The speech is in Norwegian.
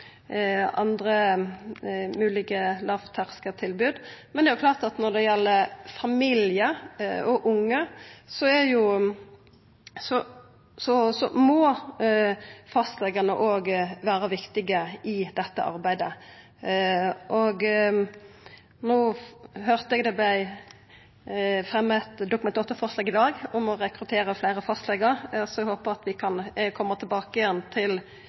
andre moglege lågterskeltilbod. Men det er klart at når det gjeld familiar og unge, er fastlegane òg viktige i dette arbeidet. Eg høyrde det vart fremja eit Dokument 8-forslag i dag om å rekruttera fleire fastlegar, så eg håpar vi kan komma tilbake til